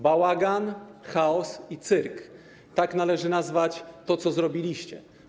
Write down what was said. Bałagan, chaos i cyrk - tak należy nazwać to, co zrobiliście.